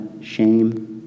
shame